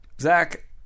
Zach